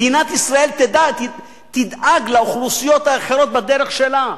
מדינת ישראל תדאג לאוכלוסיות האחרות בדרך שלה,